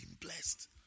blessed